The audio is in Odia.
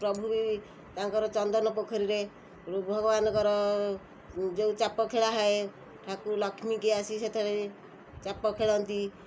ପ୍ରଭୁ ବି ତାଙ୍କର ଚନ୍ଦନ ପୋଖରୀରେ ଭଗବାନଙ୍କର ଯେଉଁ ଚାପ ଖେଳା ହୁଏ ଲକ୍ଷ୍ମୀ କି ଆସି ସେଥେରେ ଚାପ ଖେଳନ୍ତି